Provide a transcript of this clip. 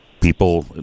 people